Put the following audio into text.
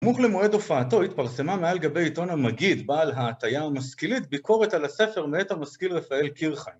סמוך למועד הופעתו, התפרסמה מעל גבי עיתון המגיד, בעל ההטיה המשכילית, ביקורת על הספר מאת המשכיל רפאל קירחן.